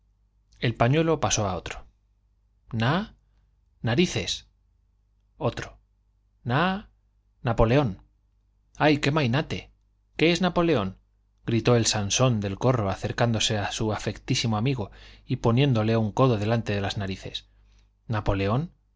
el pañuelo pasó a otro na narices otro na napoleón ay qué mainate qué es napoleón gritó el sansón del corro acercándose a su afectísimo amigo y poniéndole un codo delante de las narices napoleón